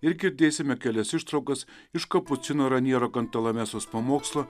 ir girdėsime kelias ištraukas iš kapucino raniero kantalamesos pamokslo